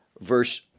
verse